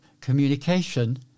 communication